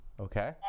Okay